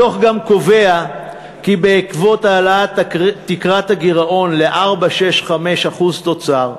הדוח גם קובע כי בעקבות העלאת תקרת הגירעון ל-4.65% תוצר,